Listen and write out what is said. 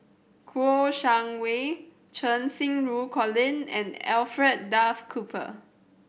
Kouo Shang Wei Cheng Xinru Colin and Alfred Duff Cooper